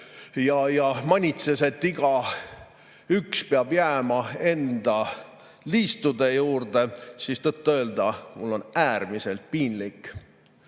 ja manitses, et igaüks peab jääma enda liistude juurde, siis tõtt-öelda mul oli äärmiselt piinlik. Vaatame